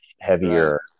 heavier